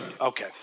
Okay